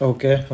Okay